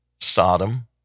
Sodom